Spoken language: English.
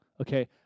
Okay